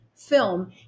film